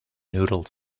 noodle